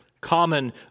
common